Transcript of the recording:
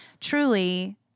truly